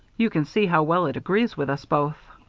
you can see how well it agrees with us both.